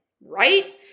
right